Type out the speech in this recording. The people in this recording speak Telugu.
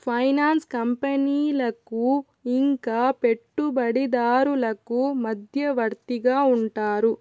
ఫైనాన్స్ కంపెనీలకు ఇంకా పెట్టుబడిదారులకు మధ్యవర్తిగా ఉంటారు